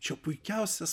čia puikiausias